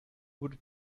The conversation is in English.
would